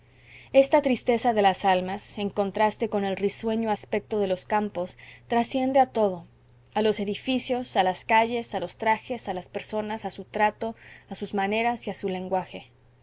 esta tristeza de las almas en contraste con el risueño aspecto de los campos trasciende a todo a los edificios a las calles a los trajes a las personas a su trato a sus maneras y a su lenguaje